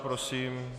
Prosím.